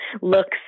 looks